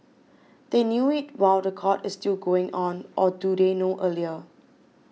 they knew it while the court is still going on or do they know earlier